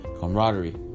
camaraderie